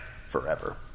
forever